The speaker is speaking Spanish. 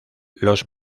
los